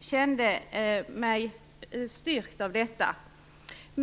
kände mig styrkt av detta.